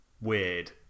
weird